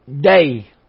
day